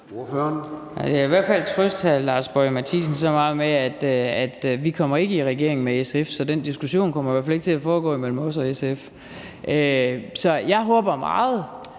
Jeg kan i hvert fald trøste hr. Lars Boje Mathiesen så meget som, at vi ikke kommer i regering med SF, så den diskussion kommer i hvert fald ikke til at foregå imellem os og SF. Jeg håber meget,